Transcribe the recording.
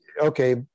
okay